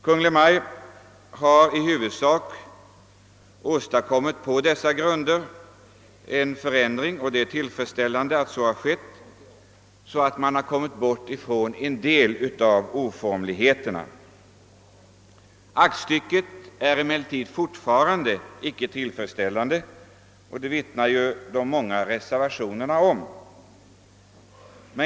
Regeringen har i huvudsak på dessa grunder åstadkommit en förändring, som medfört att vi slipper en del av de tidigare oformligheterna. Detta är glädjande. Aktstycket är emellertid fortfarande icke helt tillfredsställande; detta vittnar de många reservationerna om.